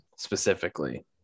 specifically